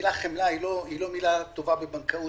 המילה חמלה היא לא מילה טובה בבנקאות,